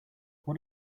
what